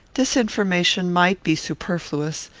this information might be superfluous,